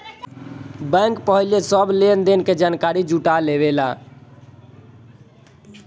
bank पहिले सब लेन देन के जानकारी जुटा लेवेला